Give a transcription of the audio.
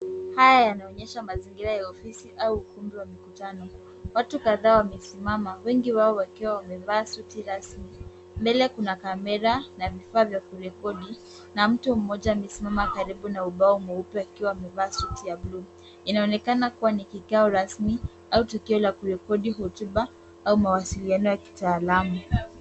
Haya yanaonyesha mazingira ya ofisi au ukumbi wa mikutano. Watu kadhaa wamesimama, wengi wao wakiwa wamevaa suti rasmi, mbele kuna kamera na vifaa vya kurekodi, na mtu mmoja amesimama kando ya ubao mweupe akiwa amevaa suti ya bluu. Inaonekana kuwa ni kikao rasmi au tukio la kurekodi hotuba au mawasiliano ya kitaalamu.